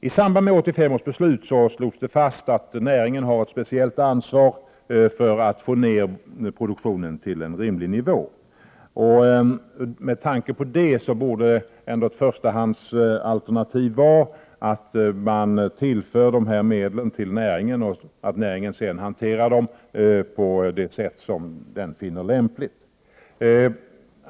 I samband med 1985 års beslut slogs det fast att näringen har ett speciellt ansvar för att få ned produktionen till en rimlig nivå. Med tanke på detta borde ett förstahandsalternativ vara att de här medlen tillförs näringen och att näringen sedan hanterar dem på det sätt som den finner lämpligt.